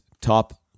Top